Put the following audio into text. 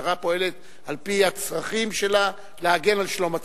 המשטרה פועלת על-פי הצרכים שלה להגן על שלום הציבור.